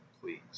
please